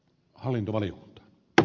hallintovalion dr